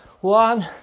one